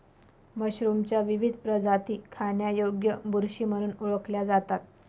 मशरूमच्या विविध प्रजाती खाण्यायोग्य बुरशी म्हणून ओळखल्या जातात